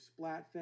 Splatfest